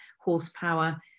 horsepower